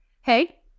Hey